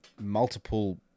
multiple